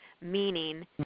meaning